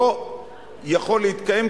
לא יכול להתקיים,